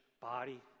body